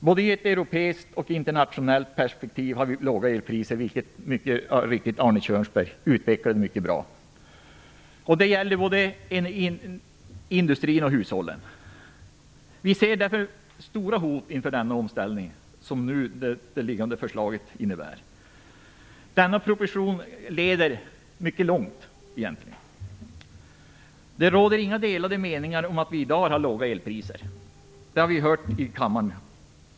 Både i ett europeiskt och i ett internationellt perspektiv har vi låga elpriser, vilket Arne Kjörnsberg mycket bra utvecklade. Det gäller såväl industrin som hushållen. Vi ser därför stora hot inför den omställning som liggande förslag innebär. Propositionen leder egentligen mycket långt. Det råder inga delade meningar om att vi i dag har låga elpriser. Det har vi också hört i denna kammare.